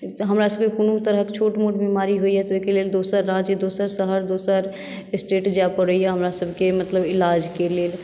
तऽ हमरा सभकेँ कोनो तरहक छोट मोट बीमारी होइया तऽ ओहिके लेल दोसर राज्य दोसर शहर दोसर स्टेट जाय पड़ैया हमरा सभकेँ मतलब इलाजके लेल